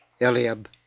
Eliab